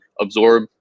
absorb